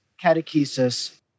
catechesis